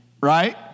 Right